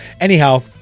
anyhow